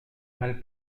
mal